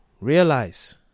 realize